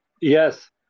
Yes